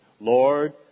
Lord